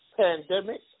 pandemic